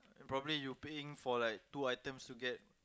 probably you paying for like two items you get